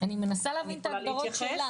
אני מנסה להבין את ההגדרות שלך.